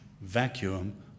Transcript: vacuum